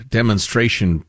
demonstration